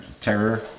terror